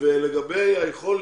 לגבי היכולת.